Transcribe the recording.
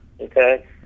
okay